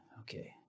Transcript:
Okay